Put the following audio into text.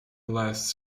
less